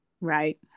Right